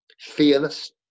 fearless